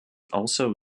also